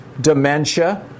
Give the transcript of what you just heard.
dementia